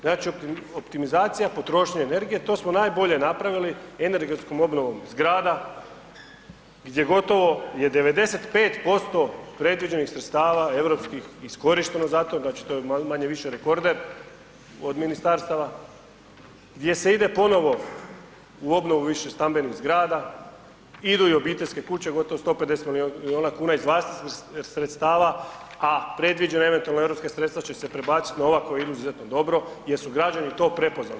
Znači optimizacija potrošnje energije, to smo najbolje napravili energetskom obnovom zgrada gdje je gotovo 95% predviđenih sredstava europskih iskorišteno za to, znači to je manje-više rekorder od ministarstava gdje se ide ponovo u obnovu višestambenih zgrada, idu i obiteljske kuće gotovo 150 milijuna kuna iz vlastitih sredstava, a predviđena eventualno europska sredstva će se prebacit na ovaj koja idu izuzetno dobro jer su građani to prepoznali.